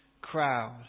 crowd